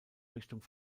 richtung